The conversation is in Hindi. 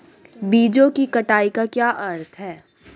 बीजों की कटाई का क्या अर्थ है?